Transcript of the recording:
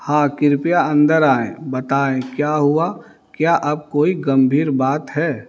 हाँ कृपया अंदर आएँ बताएँ क्या हुआ क्या अब कोई गंभीर बात है